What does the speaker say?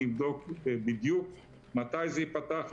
אני אבדוק בדיוק מתי זה ייפתח,